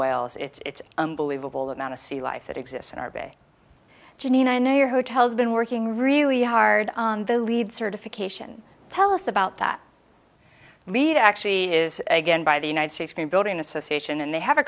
whales it's unbelievable the amount of sea life that exists in our bay janine i know your hotel has been working really hard on the lead certification tell us about that lead actually is again by the united states green building association and they ha